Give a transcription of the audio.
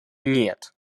нет